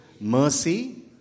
mercy